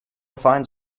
finds